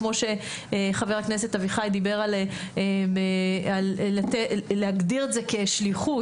כמו שחבר הכנסת אביחי דיבר על להגדיר את זה כשליחות,